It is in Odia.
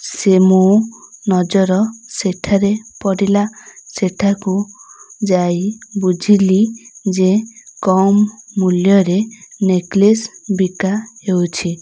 ସେ ମୁଁ ନଜର ସେଠାରେ ପଡ଼ିଲା ସେଠାକୁ ଯାଇ ବୁଝିଲି ଯେ କମ୍ ମୂଲ୍ୟରେ ନେକ୍ଲେସ୍ ବିକା ହେଉଛି